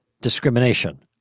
discrimination